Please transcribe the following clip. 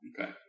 Okay